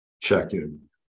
check-in